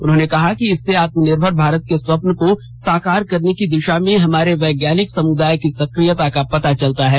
उन्होंने कहा कि इससे आत्मनिर्भर भारत के स्वप्न को साकार करने की दिशा में हमारे वैज्ञानिक समुदाय की सक्रियता का पता चलता है